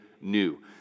new